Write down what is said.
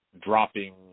dropping